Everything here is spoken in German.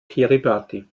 kiribati